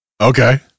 okay